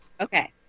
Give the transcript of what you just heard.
Okay